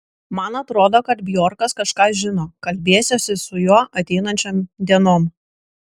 man atrodo kad bjorkas kažką žino kalbėsiuosi su juo ateinančiom dienom